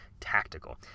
tactical